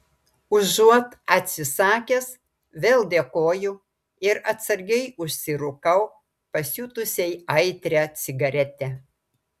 užuot atsisakęs vėl dėkoju ir atsargiai užsirūkau pasiutusiai aitrią cigaretę